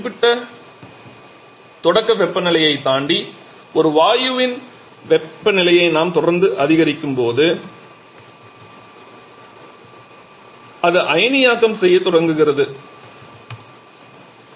ஒரு குறிப்பிட்ட தொடக்க வெப்பநிலையைத் தாண்டி ஒரு வாயுவின் வெப்பநிலையை நாம் தொடர்ந்து அதிகரிக்கும்போது அது அயனியாக்கம் செய்யத் தொடங்குகிறது என்பது உங்களுக்குத் தெரியும்